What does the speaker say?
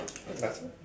relax